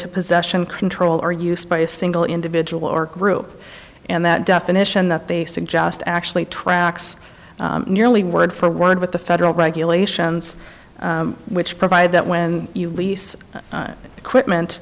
to possession control or use by a single individual or group and that definition that they suggest actually tracks nearly word for word with the federal regulations which provide that when you lease equipment